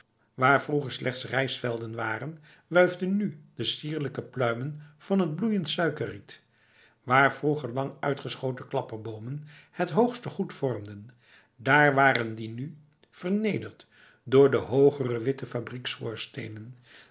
waar vroeger slechts rijstvelden waren wuifden nu de sierlijke pluimen van t bloeiend suikerriet waar vroeger lang uitgeschoten klapper bomen het hoogste goed vormden daar waren die nu vernederd door de hogere